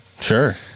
Sure